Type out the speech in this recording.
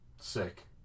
Sick